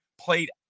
played